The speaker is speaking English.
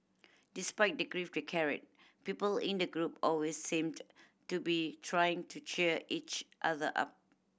despite the grief they carried people in the group always seemed to be trying to cheer each other up